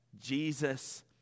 Jesus